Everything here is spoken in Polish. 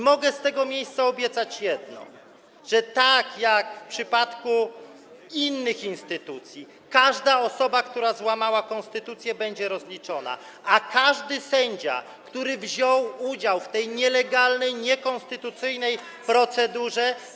Mogę z tego miejsca obiecać jedno: że tak jak w przypadku innych instytucji każda osoba, która złamała konstytucję, będzie rozliczona, a każdy sędzia, który wziął udział w tej nielegalnej, niekonstytucyjnej procedurze.